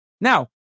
Now